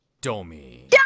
Domi